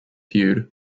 feud